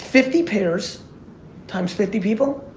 fifty pairs times fifty people?